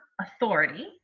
authority